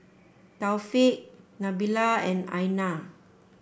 Taufik Nabila and Aina